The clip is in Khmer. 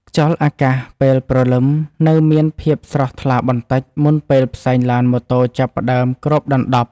ខ្យល់អាកាសពេលព្រលឹមនៅមានភាពស្រស់ថ្លាបន្តិច មុនពេលផ្សែងឡានម៉ូតូចាប់ផ្ដើមគ្របដណ្ដប់។